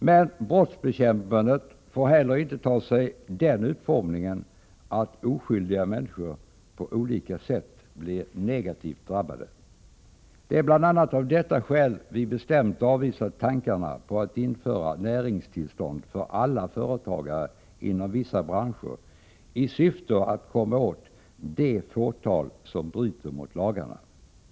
Men brottsbekämpandet får heller inte ges en sådan utformning att oskyldiga människor på olika sätt blir drabbade. Det är bl.a. av detta skäl Nr 135 som vi bestämt avvisar tankarna på att införa näringstillstånd för alla Fredagen den företagare inom vissa branscher i syfte att komma åt det fåtal som bryter mot 3 maj 1985 lagarna.